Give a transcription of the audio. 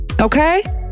Okay